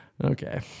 Okay